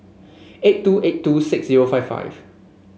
eight two eight two six zero five five